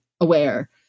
aware